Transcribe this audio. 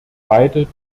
beide